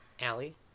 Allie